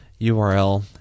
URL